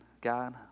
God